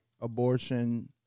abortion